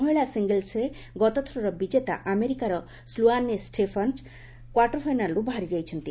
ମହିଳା ସିଙ୍ଗଲ୍ୱରେ ଗତଥରର ବିଜେତା ଆମେରିକାର ସ୍କୋଆନେ ଷ୍ଟେଫାନ୍କ କ୍ୱାର୍ଟର ଫାଇନାଲ୍ରୁ ବାହାରି ଯାଇଛନ୍ତି